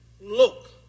look